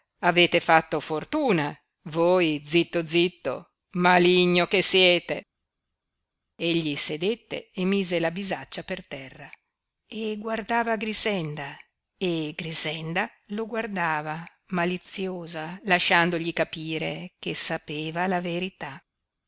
avete fatto fortuna voi zitto zitto maligno che siete egli sedette e mise la bisaccia per terra e guardava grixenda e grixenda lo guardava maliziosa lasciandogli capire che sapeva la verità